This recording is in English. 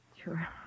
Sure